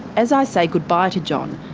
as i say goodbye to john,